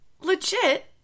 legit